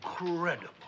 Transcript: Incredible